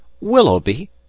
Willoughby